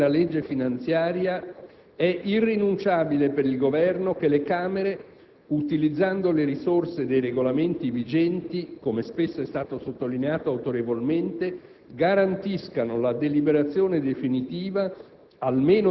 Poiché la copertura di queste misure sta nella legge finanziaria, è irrinunciabile per il Governo che le Camere, utilizzando le risorse dei Regolamenti vigenti, come spesso è stato sottolineato autorevolmente,